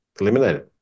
eliminated